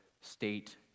state